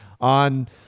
on